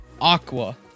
Aqua